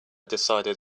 decided